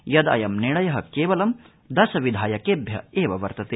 यदयं निर्णय केवलं दश विधायकेभ्य एव वर्तते